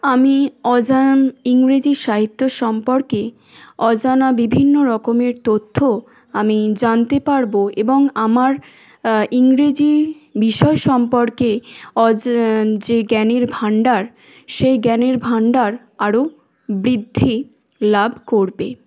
আমি অজানা ইংরেজি সাহিত্য সম্পর্কে অজানা বিভিন্ন রকমের তথ্য আমি জানতে পারব এবং আমার ইংরেজি বিষয় সম্পর্কে যে জ্ঞানের ভান্ডার সেই জ্ঞানের ভান্ডার আরো বৃদ্ধি লাভ করবে